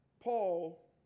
Paul